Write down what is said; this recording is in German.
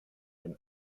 den